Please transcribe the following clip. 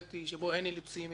שבו אין אילוצים מדיניים,